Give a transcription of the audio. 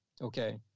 Okay